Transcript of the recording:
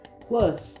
plus